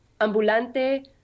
Ambulante